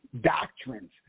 doctrines